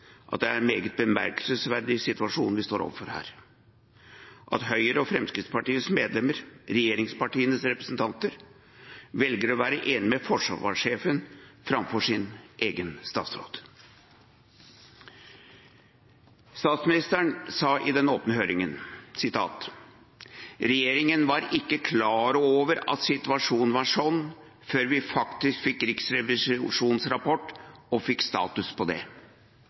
Det er en meget bemerkelsesverdig situasjon vi står overfor her – at Høyres og Fremskrittspartiets medlemmer, regjeringspartienes representanter, velger å være enige med forsvarssjefen framfor sin egen statsråd. Statsministeren sa i den åpne høringen: «Regjeringen var ikke klar over at situasjonen var sånn før vi faktisk fikk Riksrevisjonens rapport og fikk status på det.